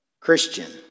Christian